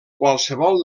qualsevol